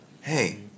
hey